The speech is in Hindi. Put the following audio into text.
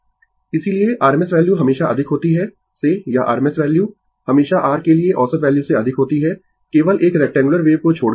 Refer Slide Time 0800 इसीलिए RMS वैल्यू हमेशा अधिक होती है से यह RMS वैल्यू हमेशा r के लिए औसत वैल्यू से अधिक होती है केवल एक रेक्टंगुलर वेव को छोड़कर